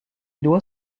doit